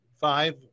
five